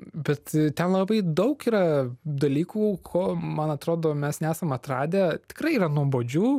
bet ten labai daug yra dalykų ko man atrodo mes nesam atradę tikrai yra nuobodžių